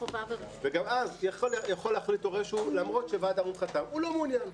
וגם אז יכול להחליט הורה שלמרות שוועד ההורים חתם הוא לא מעניין.